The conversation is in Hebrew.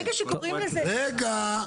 ברגע שקוראים לזה --- רגע.